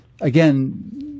again